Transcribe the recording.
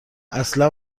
اصلا